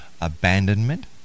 abandonment